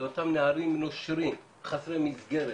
לאותם נערים נושרים חסרי מסגרת.